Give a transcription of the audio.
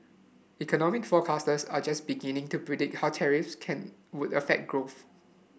economic forecasters are just beginning to predict how tariffs can would affect growth